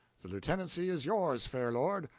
the lieutenancy is yours, fair lord.